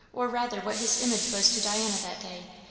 or rather what his image was to diana that day,